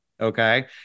okay